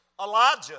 Elijah